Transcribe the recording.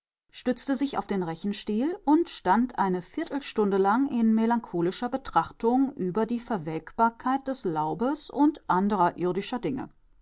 stützte sich auf den rechenstiel und stand eine viertelstunde lang in melancholischer betrachtung über die verwelkbarkeit des laubes und anderer irdischer dinge